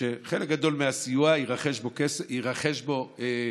שחלק גדול מהסיוע, ירכשו בו